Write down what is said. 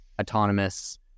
autonomous